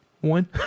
One